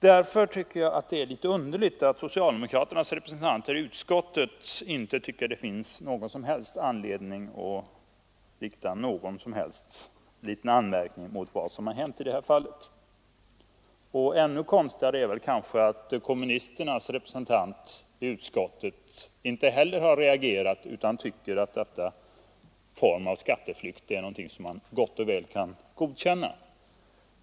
Därför tycker jag det är litet underligt att socialdemokraternas representanter i utskottet inte anser att det finns anledning att rikta någon som helst anmärkning mot vad som har hänt i det här fallet. Ännu konstigare är kanske att inte heller kommunisternas representant i utskottet har reagerat, utan tycker att denna form av skatteflykt är någonting som man gott och väl kan godkänna.